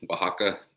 Oaxaca